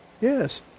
Yes